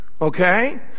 okay